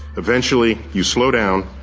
eventually you slow down,